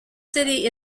city